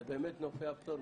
זה באמת נופי הבשור.